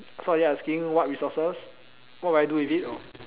so are you asking what resources what will I do with it or